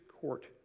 court